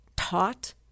taught